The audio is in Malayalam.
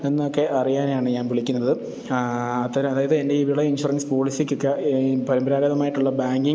എന്നൊക്കെ അറിയാനാണ് ഞാൻ വിളിക്കുന്നത് അത്തരം അതായത് എൻ്റെയീ വിള ഇൻഷുറൻസ് പോളിസിക്കൊക്കെ പാരമ്പരാഗതമായിട്ടുള്ള ബാങ്കിങ്